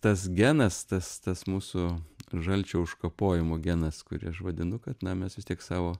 tas genas tas tas mūsų žalčio užkapojimo genas kurį aš vadinu kad na mes vis tiek savo